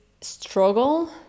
struggle